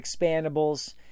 expandables